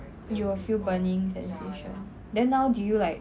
you will feel burning sensation then now do you like